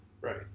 right